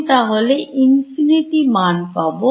আমি তাহলে Infinity মান পাব